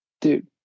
dude